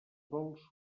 dolços